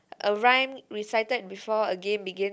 a rhyme recited before a game begin